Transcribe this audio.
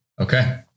okay